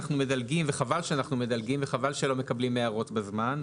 חבל שאנחנו מדלגים וחבל שלא מקבלים הערות בזמן,